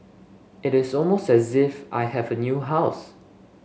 it is almost as if I have a new house